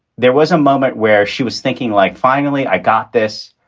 there was a moment where she was thinking, like, finally, i got this.